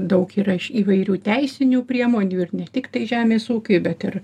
daug yra iš įvairių teisinių priemonių ir ne tiktai žemės ūkiui bet ir